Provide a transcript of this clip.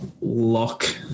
lock